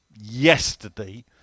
yesterday